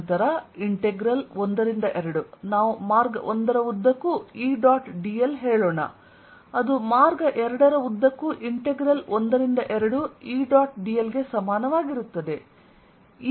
ನಂತರ ಇಂಟೆಗ್ರಲ್ 1 ರಿಂದ 2 ನಾವು ಮಾರ್ಗ1 ರ ಉದ್ದಕ್ಕೂ E ಡಾಟ್ dl ಹೇಳೋಣ ಅದು ಮಾರ್ಗ 2 ರ ಉದ್ದಕ್ಕೂ ಇಂಟೆಗ್ರಲ್1 ರಿಂದ 2 E ಡಾಟ್ dl ಗೆ ಸಮಾನವಾಗಿರುತ್ತದೆ